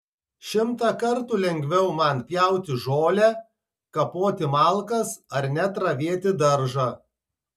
šimtą kartų lengviau man pjauti žolę kapoti malkas ar net ravėti daržą